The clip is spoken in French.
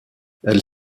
elle